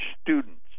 students